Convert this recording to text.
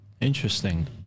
Interesting